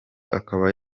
akaba